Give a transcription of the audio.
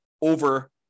over